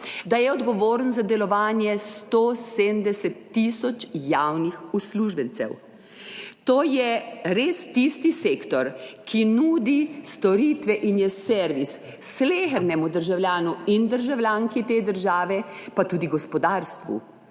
da je odgovoren za delovanje 170.000 javnih uslužbencev. To je res tisti sektor, ki nudi storitve in je servis slehernemu državljanu in državljanki te države, pa tudi gospodarstvu